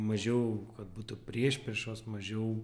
mažiau kad būtų priešpriešos mažiau